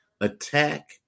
attack